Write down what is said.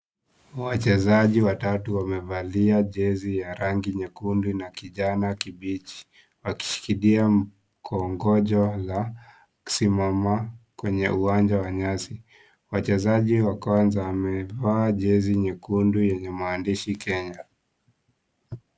Wachezaji watatu wamevalia jezi ya rangi nyekundu na kijani kibichi, akishikilia mkongojo la kusimama kwenye uwanja wa nyasi wachezaji wa kwanza amevaa jezi nyekundu yenye maandishi Kenya.